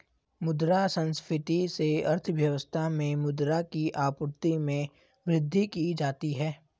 मुद्रा संस्फिति से अर्थव्यवस्था में मुद्रा की आपूर्ति में वृद्धि की जाती है